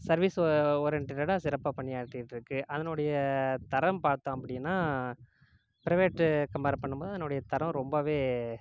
service ஓரியெண்டடாக சிறப்பாக பணியாற்றிட்டுருக்கு அதனுடைய தரம் பார்த்தோம் அப்படின்னா ப்ரைவேட்டு கம்ப்பர் பண்ணும் போது அதனுடைய தரம் ரொம்பவே